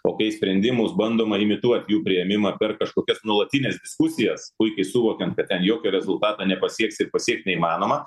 o kai sprendimus bandoma imituot jų priėmimą per kažkokias nuolatines diskusijas puikiai suvokiant kad ten jokio rezultato nepasieksi ir pasiekt neįmanoma